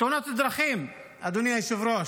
ותאונת הדרכים, אדוני היושב-ראש.